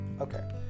Okay